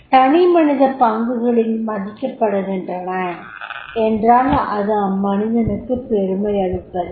தனிமனித பங்களிப்புகள் மதிக்கப்படுகின்றன என்றால் அது அம்மனிதனுக்கு பெருமயளிப்பதே